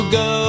go